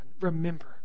Remember